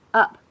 up 。